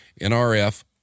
NRF